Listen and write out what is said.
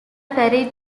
ferry